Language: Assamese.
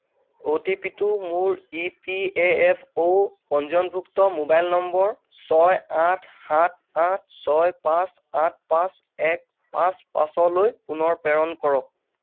অ'টিপিটো মোৰ ইপিএফঅ' পঞ্জীয়নভুক্ত মোবাইল নম্বৰ ছয় আঠ সাত আঠ ছয় পাঁচ আঠ পাঁচ এক পাঁচ পাঁচলৈ পুনৰ প্ৰেৰণ কৰক